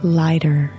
lighter